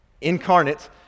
incarnate